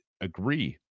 agree